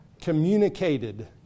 Communicated